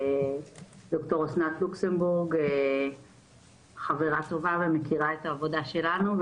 ד"ר אסנת לוקסנבורג חברה טובה ומכירה את העבודה שלנו.